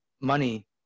money